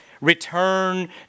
return